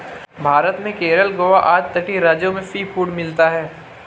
भारत में केरल गोवा आदि तटीय राज्यों में सीफूड मिलता है